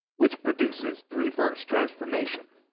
which produces the reverse transformation.